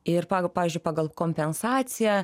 ir pagal pavyzdžiui pagal kompensaciją